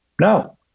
No